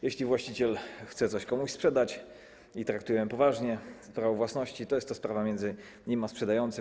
Jeśli właściciel chce coś komuś sprzedać i traktuje ją poważnie, sprawę własności, to jest to sprawa między nim a sprzedającym.